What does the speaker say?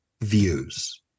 views